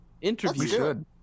Interview